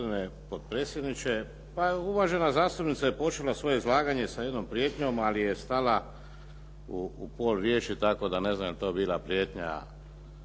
uvažena zastupnica je počela svoje izlaganje sa jednom prijetnjom, ali je stala u pol riječi, tako da ne znam je li to bila prijetnja